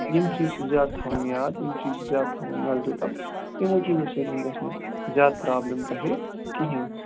یِم چیٖز چھِ زیادٕ تھاوٕنۍ یاد یِم چیٖز چھِ زیادٕ تھاوٕنۍ نظرِ تَل یِمَو چیٖزَو سۭتۍ گژھِ نہٕ زیادٕ پرابلِم تۄہہِ کِہیٖنۍ